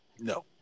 No